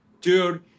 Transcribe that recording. dude